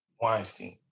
Weinstein